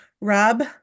Rob